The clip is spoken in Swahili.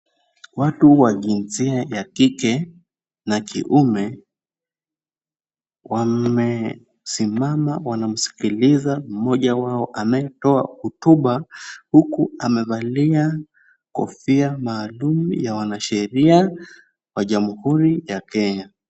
Watu wa jinsia ya kike na kiume wamesimama wanamsikiliza mmoja wao anayetoa hotuba, huku amevalia kofia maalum ya wanasheria wa jamhuri ya Kenya.